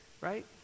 right